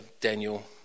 Daniel